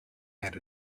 had